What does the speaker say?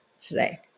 today